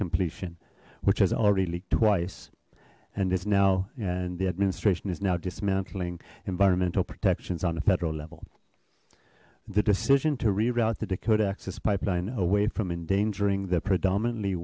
completion which has already leaked twice and is now and the administration is now dismantling environmental protections on a federal level the decision to reroute the dakota access pipeline away from endangering the predominantly